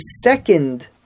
second